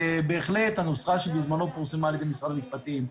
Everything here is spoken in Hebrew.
שבהחלט הנוסחה שבזמנו פורסמה על ידי משרד המשפטים,